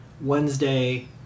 Wednesday